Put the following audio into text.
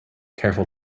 careful